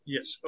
Yes